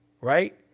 right